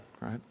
Right